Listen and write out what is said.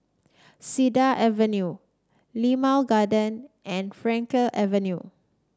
Cedar Avenue Limau Garden and Frankel Avenue